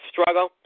struggle